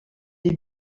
des